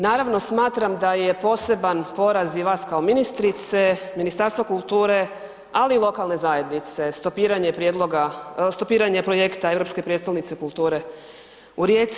Naravno, smatram da je poseban poraz i vas kao ministrice, Ministarstva kulture, ali i lokalne zajednice, stopiranje prijedloga, stopiranje projekta Europske prijestolnice kulture u Rijeci.